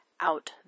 out